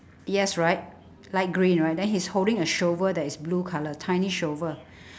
yes right light green right then he's holding a shovel that is blue colour right tiny shovel